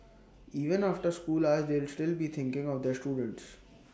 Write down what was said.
even after school hours they will still be thinking of their students